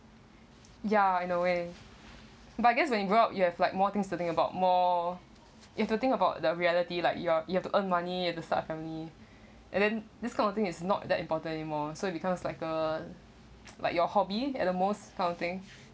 ya in a way but I guess when you grow up you have like more things to think about more you have to think about the reality like you're you have to earn money to start family and then this kind of thing it's not that important anymore so it becomes like uh like your hobby at the most kind of thing